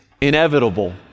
inevitable